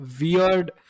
weird